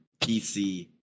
PC